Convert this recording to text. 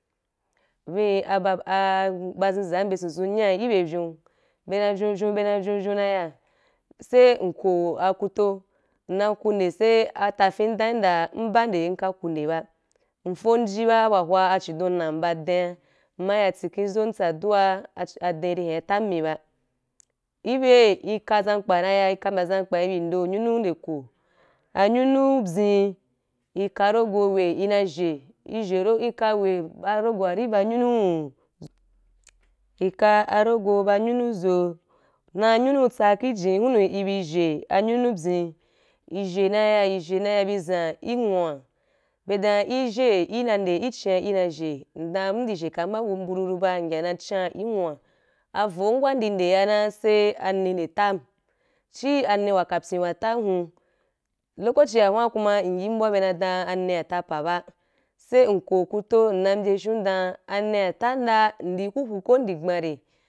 Vii ba zinzam vyin zu nya ki bye anyu bye na vyou bye na vyouvyou na ya sai nko akuto nna ri ku nde sai ata fim dam yi dam in ka kunden ba in fom aji abua tsa chidon nam ba adian mma yan tsiken zom in tsa aduar adin in ya tam mi ba khi byei i kaa zankpa na ri ya i ka mbya zankpa i bi ndo anyunu nde ko anyunu byen i ka rogo hwei i na zhai i zhai rai i ka hwai a rogo ri ba nyunu mbwa nka a rogo ari ba nyun zoa na nyunu a tsa ki jen wunu i bi zhai anyunu byen i zhai na ya, i zhai na ya i bi zan i nwun be dam i zhai i na nde ki chia i na zhai ndan abu indi zhai ba mbururu ba in ya na chaa ki nwua avom wa indi nde yana sai ani nde tam chi ani wa kapyii wa tam u lokaci wa wua kuma ayim bua be na dam ani wa ta pa ba sai mko kuto nna ri mbya ashun dan ani wa tan da ndi huhu ko ndi gban rai.